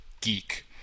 geek